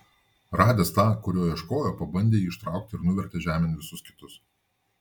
radęs tą kurio ieškojo pabandė jį ištraukti ir nuvertė žemėn visus kitus